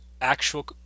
actual